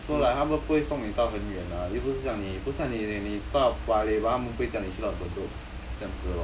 so like 他们不会送你到很远啊又不是叫你不像你你在 paya lebar 他们不会叫你去到 bedok